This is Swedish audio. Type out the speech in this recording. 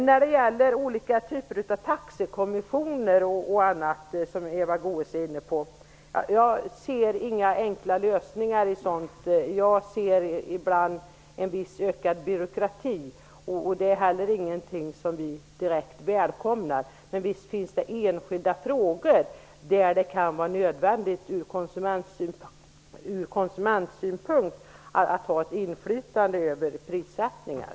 När det gäller olika typer av taxekommissioner och annat som Eva Goës var inne på ser jag inga enkla lösningar. Jag ser ibland en viss ökad byråkrati. Detta är heller ingenting som vi direkt välkomnar. Men visst finns det enskilda frågor där det ur konsumentsynpunkt kan vara nödvändigt att ha ett inflytande över prissättningar.